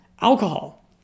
alcohol